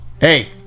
Hey